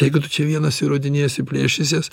jeigu tu čia vienas įrodinėsi plėšysies